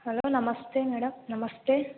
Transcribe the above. hello ನಮಸ್ತೆ madam ನಮಸ್ತೆ